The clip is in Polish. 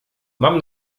mam